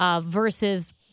versus